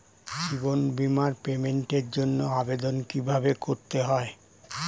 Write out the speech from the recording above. জীবন বীমার পেমেন্টের জন্য আবেদন কিভাবে করতে হয়?